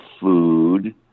food